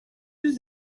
yüz